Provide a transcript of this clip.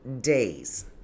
days